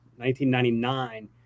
1999